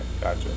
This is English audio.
gotcha